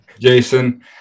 jason